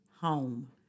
home